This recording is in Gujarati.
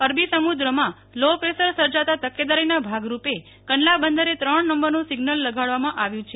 અરબી સમુદ્રામાં લો પ્રેસર સર્જાતા તકેદારીના ભાગરૂપે કંડલા બંદરે ત્રણ નંબરનુંસિઝ્નલ લગાડવામાં આવ્યુ છે